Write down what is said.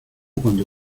cuando